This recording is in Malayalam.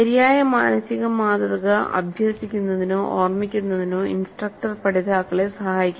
ശരിയായ മാനസിക മാതൃക അഭ്യസിക്കുന്നതിനോ ഓർമ്മിക്കുന്നതിനോ ഇൻസ്ട്രക്ടർ പഠിതാക്കളെ സഹായിക്കണം